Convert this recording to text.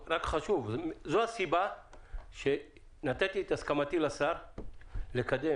זאת הסיבה שנתתי את הסכמתי לשר לקדם